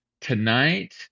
tonight